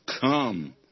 come